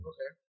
Okay